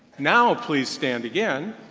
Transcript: now, please stand again